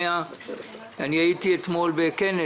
הייתי אתמול בכנס.